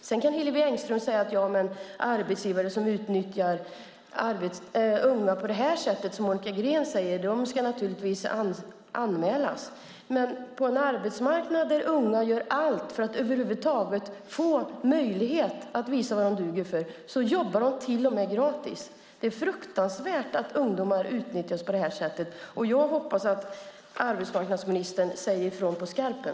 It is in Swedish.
Sedan kan Hillevi Engström säga att arbetsgivare som utnyttjar ungdomar på det sätt Monica Green säger naturligtvis ska anmälas. Men på en arbetsmarknad där unga gör allt för att över huvud taget få möjlighet att visa vad de duger till jobbar de till och med gratis. Det är fruktansvärt att ungdomar utnyttjas på detta sätt, och jag hoppas att arbetsmarknadsministern säger ifrån på skarpen.